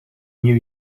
new